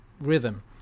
rhythm